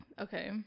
Okay